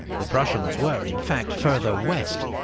the prussians were in fact further west,